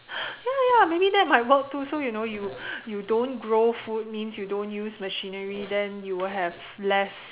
ya ya maybe that might work too so you know you you don't grow food means you don't use machinery then you will have less